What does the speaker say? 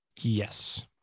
yes